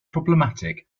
problematic